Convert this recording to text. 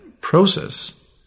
process